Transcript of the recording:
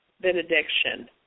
benediction